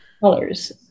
colors